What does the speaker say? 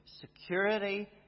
security